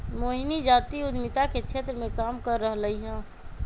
मोहिनी जाति उधमिता के क्षेत्र मे काम कर रहलई ह